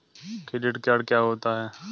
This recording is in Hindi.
क्रेडिट कार्ड क्या होता है?